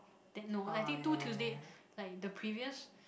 that no I think two Tuesday like the previous